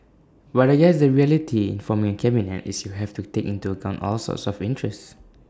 what I guess the reality in forming A cabinet is you have to take into account all sorts of interests